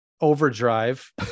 overdrive